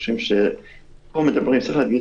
צריך להגיד